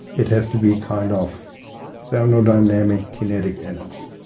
it has to be kind of thermodynamic kinetic energy.